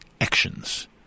actions